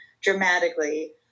dramatically